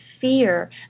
fear